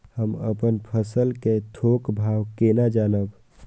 हम अपन फसल कै थौक भाव केना जानब?